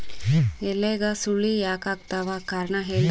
ಎಲ್ಯಾಗ ಸುಳಿ ಯಾಕಾತ್ತಾವ ಕಾರಣ ಹೇಳ್ರಿ?